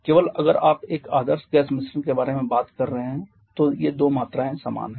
केवल अगर आप एक आदर्श गैस मिश्रण के बारे में बात कर रहे हैं तो ये दो मात्राएं समान हैं